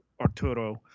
Arturo